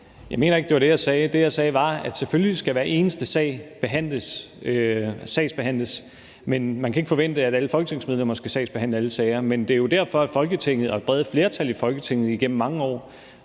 Jeg mener ikke, at det var det, jeg sagde. Det, jeg sagde, var, at selvfølgelig skal hver eneste sag sagsbehandles, men at man ikke kan forvente, at alle folketingsmedlemmer skal sagsbehandle alle sager. Men det er jo derfor, at Folketinget og et bredt flertal i Folketinget igennem mange år